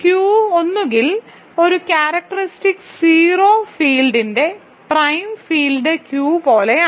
Q ഒന്നുകിൽ ഒരു characteristic 0 ഫീൽഡിന്റെ പ്രൈം ഫീൽഡ് Q പോലെയാണ്